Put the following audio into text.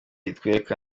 itwereka